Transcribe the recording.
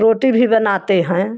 रोटी भी बनाते हैं